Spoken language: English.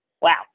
Wow